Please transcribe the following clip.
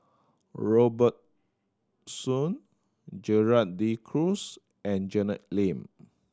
Robert Soon Gerald De Cruz and Janet Lim